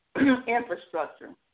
infrastructure